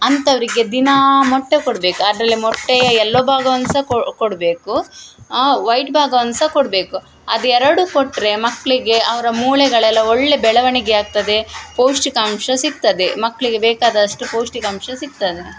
ಅಂಥವರಿಗೆ ದಿನಾ ಮೊಟ್ಟೆ ಕೊಡ್ಬೇಕು ಅದರಲ್ಲಿ ಮೊಟ್ಟೆಯ ಎಲ್ಲೋ ಭಾಗವನ್ನ ಸಹ ಕೊಡಬೇಕು ವೈಟ್ ಭಾಗವನ್ನ ಸಹ ಕೊಡಬಿಕೆಯು ಅದು ಎರಡು ಕೊಟ್ಟರೆ ಮಕ್ಕಳಿಗೆ ಅವರ ಮೂಳೆಗಳೆಲ್ಲ ಒಳ್ಳೆಯ ಬೆಳವಣಿಗೆ ಆಗ್ತದೆ ಪೌಷ್ಟಿಕಾಂಶ ಸಿಗ್ತದೆ ಮಕ್ಕಳಿಗೆ ಬೇಕಾದಷ್ಟು ಪೌಷ್ಟಿಕಾಂಶ ಸಿಗ್ತದೆ